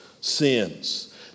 sins